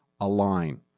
align